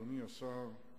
אדוני השר,